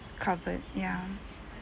covered ya